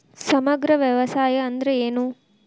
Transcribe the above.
ಸಮಗ್ರ ವ್ಯವಸಾಯ ಅಂದ್ರ ಏನು?